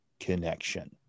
connection